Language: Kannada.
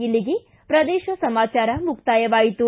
ಇಲ್ಲಿಗೆ ಪ್ರದೇಶ ಸಮಾಚಾರ ಮುಕ್ತಾಯವಾಯಿತು